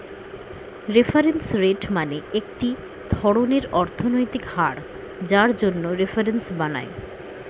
reference rate মানে একটি ধরনের অর্থনৈতিক হার যার জন্য রেফারেন্স বানায়